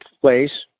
place